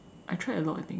I tried a lot I think